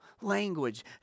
language